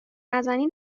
نزنی